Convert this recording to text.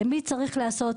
מי צריך לעשות,